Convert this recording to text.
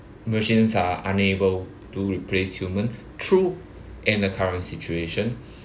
machines are unable to replace human true in the current situation